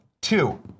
Two